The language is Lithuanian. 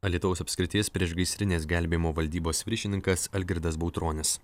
alytaus apskrities priešgaisrinės gelbėjimo valdybos viršininkas algirdas bautronis